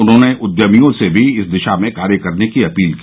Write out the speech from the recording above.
उन्होंने उद्यमियों से भी इस दिशा में कार्य करने की अपील की